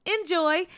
enjoy